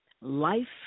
life